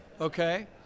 okay